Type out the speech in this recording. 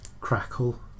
crackle